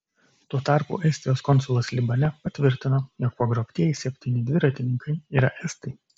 tuo tarpu estijos konsulas libane patvirtino jog pagrobtieji septyni dviratininkai yra estai